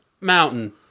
mountain